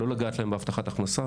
לא לגעת להן בהבטחת ההכנסה.